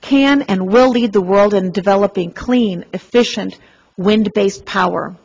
can and will lead the world in developing clean efficient wind based power